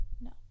No